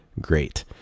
great